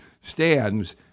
stands